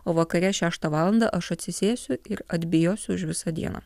o vakare šeštą valandą aš atsisėsiu ir atbijosiu už visą dieną